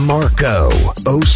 Marco